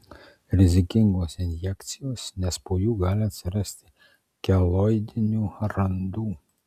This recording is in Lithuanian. rizikingos injekcijos nes po jų gali atsirasti keloidinių randų